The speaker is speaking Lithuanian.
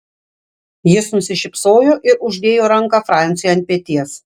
jis nusišypsojo ir uždėjo ranką franciui ant peties